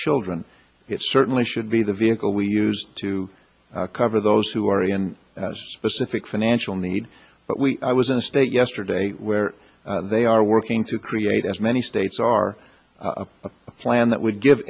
children it certainly should be the vehicle we use to cover those who are in specific financial need but we i was in a state yesterday where they are working to create as many states are a plan that would give